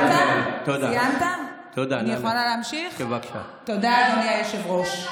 נא לא להפריע לה.